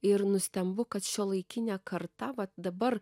ir nustembu kad šiuolaikinė karta vat dabar